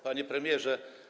Panie Premierze!